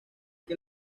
que